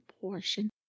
portion